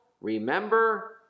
remember